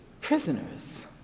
prisoners